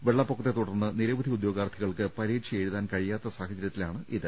വെള്ളപ്പൊക്കത്തെത്തുടർന്ന് നിരവധി ഉദ്യോ ഗാർത്ഥികൾക്ക് പരീക്ഷയെഴുതാൻ കഴിയാത്ത സാഹചര്യ ത്തിലാണിത്